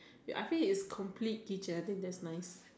you ask me it's complete kitchen I think that's nice